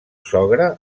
sogre